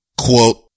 Quote